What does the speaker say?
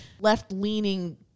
left-leaning